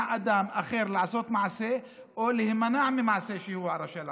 אדם אחר לעשות מעשה או להימנע ממעשה שהוא רשאי לעשותו,